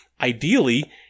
Ideally